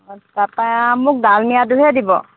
অঁ তাপা মোক ডালমিয়াটোহে দিব